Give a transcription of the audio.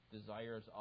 desires